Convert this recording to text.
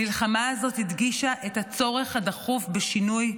המלחמה הזאת הדגישה את הצורך הדחוף בשינוי,